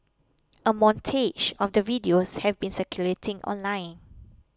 a montage of the videos have been circulating online